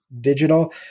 Digital